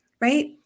right